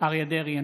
אריה מכלוף דרעי,